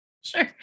Sure